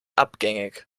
abgängig